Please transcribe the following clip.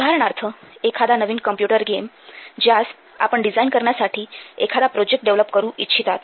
उदाहरणार्थ एखादा नवीन कॉम्प्युटर गेम ज्यास आपण डिझाईन करण्यासाठी एखादा प्रोजेक्ट डेव्हलप करू इच्छितात